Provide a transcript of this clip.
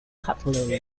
cutlery